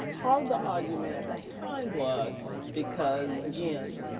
part of the argument at that time was because again,